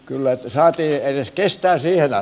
kyllä lisääntyy kestää siellä